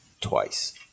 twice